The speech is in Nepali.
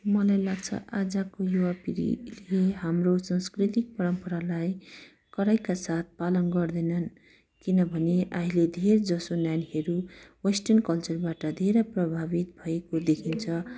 मलाई लाग्छ आजको युवा पिँढीले हाम्रो सांस्कृतिक परम्परालाई कडाइका साथ पालन गर्दैनन् किनभने आहिले धेरजसो नानीहरू वेस्टर्न कल्चरबाट धेरै प्रभावित भएको देखिन्छ